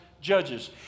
judges